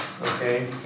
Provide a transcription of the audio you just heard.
okay